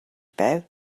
байв